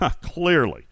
clearly